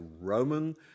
Roman